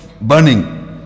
burning